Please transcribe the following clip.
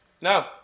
No